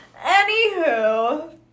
Anywho